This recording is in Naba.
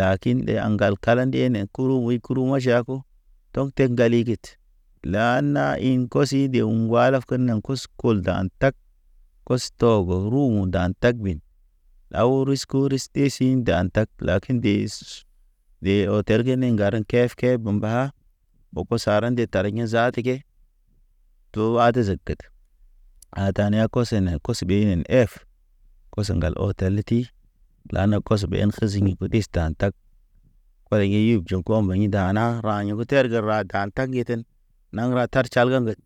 Lakin ɗe aŋgal kala nde kuru muy kuru ma ʃa ko, tɔŋ te ŋgali. Lana ḭ kɔsi ɗew ŋguwa ken na kos. Kul dan tag kos tɔ bow ru undan tag bin. Law u risko ristesi inda tag lakin ndes. Ɗe o tar kine ŋgaren kef keb ge mba ɓoko sara nde targin zaata ke, tu wat zeked. A ta niaya koso ne koso ɓinen ef, koso ŋgal ɔtal ti. Lana kos ɓeɲan kisi nipo dis dan tag. Pale yeyib jɔnko mbeɲ dana ra. Ra ḛgo terge ra dan tag ŋgeten, naŋ ra tar tʃar ŋgaŋged.